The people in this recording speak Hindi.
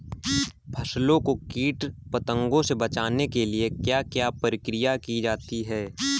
फसलों को कीट पतंगों से बचाने के लिए क्या क्या प्रकिर्या की जाती है?